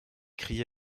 crié